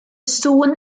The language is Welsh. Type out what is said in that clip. sŵn